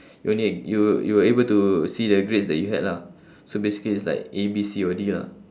you only you you were able to see the grades that you had lah so basically it's like A B C or D lah